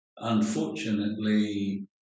Unfortunately